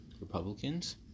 Republicans